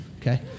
Okay